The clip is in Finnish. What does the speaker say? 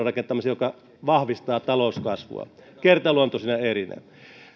rakentamiseen joka vahvistaa talouskasvua kertaluontoisina erinä